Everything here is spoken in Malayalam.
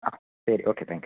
ആ ശരി ഓക്കെ താങ്ക് യു